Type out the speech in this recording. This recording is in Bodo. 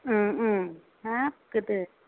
उम उम हाब गोदो